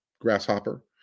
grasshopper